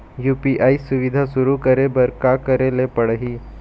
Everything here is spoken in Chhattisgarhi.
यू.पी.आई सुविधा शुरू करे बर का करे ले पड़ही?